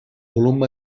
volum